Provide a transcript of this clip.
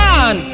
on